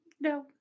No